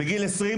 בגיל 20,